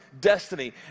destiny